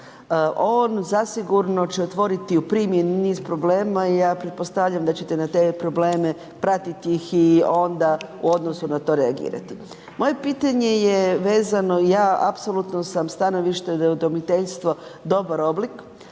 On zasigurno će otvoriti u primjeni niz problema i ja pretpostavljam da ćete na te probleme pratiti ih i onda u odnosu na to reagirati. Moje pitanje je vezano, ja apsolutno sam stanovišta da je udomiteljstvo dobar oblik